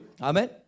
Amen